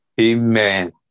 Amen